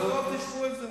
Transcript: בקרוב תשמעו על זה.